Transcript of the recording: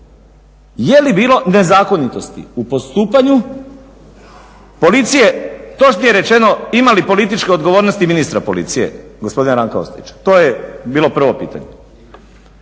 jeli bilo nezakonitosti u postupanju policije, točnije rečeno ima li političke odgovornosti ministra policije gospodina Ranka Ostojića. To je bilo prvo pitanje.